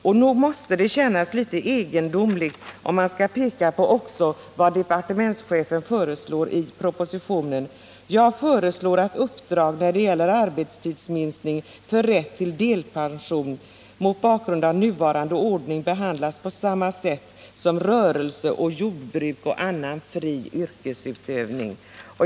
Det som departementschefen i det avseendet föreslår i propositionen är något egendomligt. Han föreslår nämligen att uppdrag när det gäller arbetstidsminskning för rätt till delpension mot bakgrund av nuvarande ordning behandlas på samma sätt som rörelse, jordbruk och annan fri yrkesutövning.